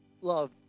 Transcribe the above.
love